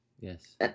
Yes